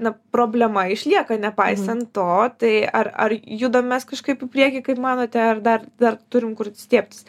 na problema išlieka nepaisant to tai ar ar judam mes kažkaip į priekį kaip manote ar dar dar turim kur stiebtis